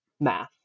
math